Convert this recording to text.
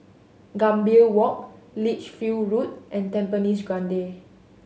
Gambir Walk Lichfield Road and Tampines Grande